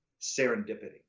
serendipity